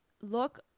look